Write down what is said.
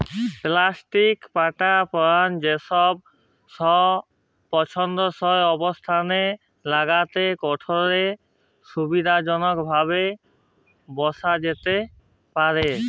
plastic পাটা পারায় যেকল পসন্দসই অবস্থালের ল্যাইগে কাঠেরলে সুবিধাজলকভাবে বসা যাতে পারহে